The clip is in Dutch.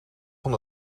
van